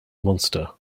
monster